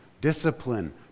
discipline